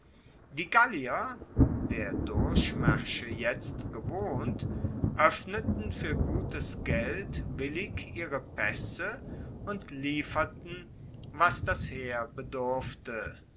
die gallier der durchmaersche jetzt gewohnt oeffneten fuer gutes geld willig ihre paesse und lieferten was das heer bedurfte